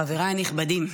חבריי הנכבדים,